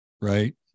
right